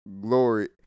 Glory